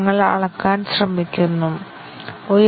നമുക്ക് നേടാൻ കഴിയുമോ